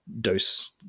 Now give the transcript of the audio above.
dose